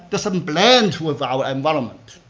doesn't blend with our environment.